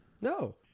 No